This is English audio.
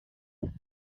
and